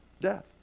death